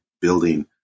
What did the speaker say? building